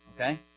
Okay